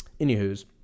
Anywho's